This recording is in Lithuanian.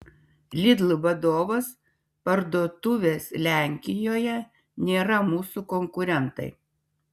lidl vadovas parduotuvės lenkijoje nėra mūsų konkurentai